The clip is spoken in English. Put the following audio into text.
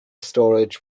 storage